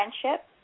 friendship